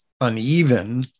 uneven